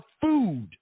food